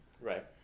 Right